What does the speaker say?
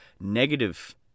negative